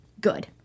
good